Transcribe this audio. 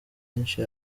menshi